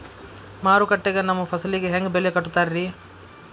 ಮಾರುಕಟ್ಟೆ ಗ ನಮ್ಮ ಫಸಲಿಗೆ ಹೆಂಗ್ ಬೆಲೆ ಕಟ್ಟುತ್ತಾರ ರಿ?